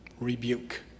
rebuke